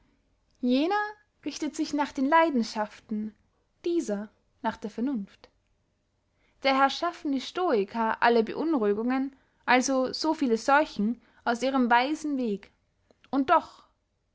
jener richtet sich nach den leidenschaften dieser nach der vernunft daher schaffen die stoiker alle beunruhigungen als so viele seuchen aus ihrem weisen weg und doch